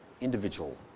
individual